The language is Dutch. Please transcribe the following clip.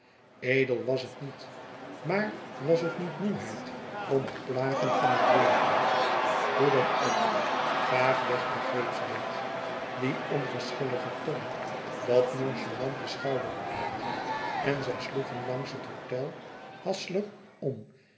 edel was het niet maar was het niet moêheid om het plagen van het leven hoe dan ook vaag weg begreep zij het die onverschillige toon dat noncha lante schouderophalen en zij sloegen langs het hôtel hassler om